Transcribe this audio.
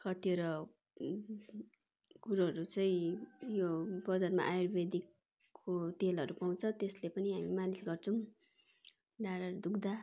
कतिवटा कुरोहरू चाहिँ यो बजारमा आयुर्वेदिकको तेलहरू पाउँछ त्यसले पनि हामी मालिस गर्छौँ ढाडहरू दुख्दा